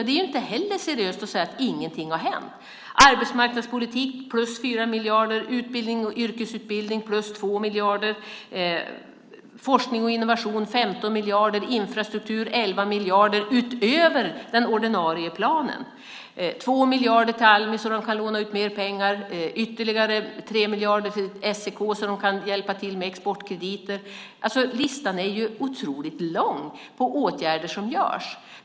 Det är inte heller seriöst att säga att ingenting har hänt: arbetsmarknadspolitik plus 4 miljarder, utbildning och yrkesutbildning plus 2 miljarder, forskning och innovation 15 miljarder, infrastruktur 11 miljarder utöver den ordinarie planen, 2 miljarder till Almi så att de kan låna ut mer pengar, ytterligare 3 miljarder till SEK så att de kan hjälpa till med exportkrediter. Listan på åtgärder som vidtas är otroligt lång.